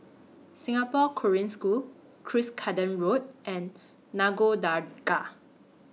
Singapore Korean School Cuscaden Road and Nagore Dargah